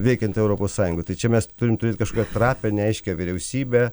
veikianti europos sąjunga tai čia mes turim turėt kažkokią trapią neaiškią vyriausybę